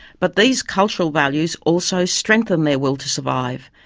but these cultural values also strengthen their will to survive.